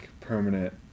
permanent